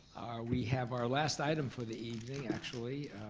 we have our last item for the evening, actually,